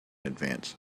advance